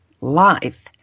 life